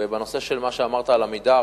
בנושא של מה שאמרת על "עמידר",